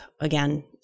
again